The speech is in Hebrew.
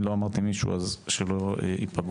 ואם לא אמרתי מישהו, אז שלא ייפגע.